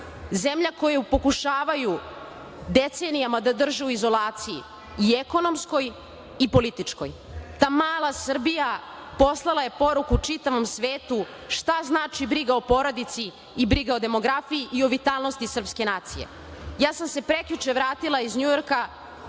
zemlja koju pokušavaju decenijama da drže u izolaciji i ekonomskoj i političkoj. Ta mala Srbija poslala je poruku čitavom svetu šta znači briga o porodici i briga o demografiji i o vitalnosti srpske nacije. Ja sam se prekjuče vratila iz Njujorka,